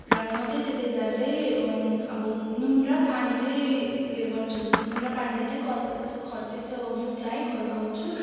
र म चाहिँ त्यत्ति बेला चाहिँ अब नुन र पानी चाहिँ उयो गर्छु नुन र पानीले चाहिँ गलगल यस्तो मुखलाई खँगाल्छु